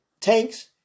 tanks